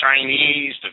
Chinese